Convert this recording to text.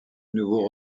nouveau